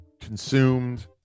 consumed